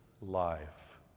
life